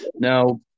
Now